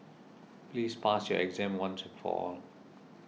please pass your exam once and for all